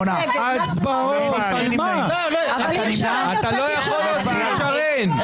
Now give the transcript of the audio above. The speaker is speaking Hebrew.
אתה לא יכול להוציא את שרן,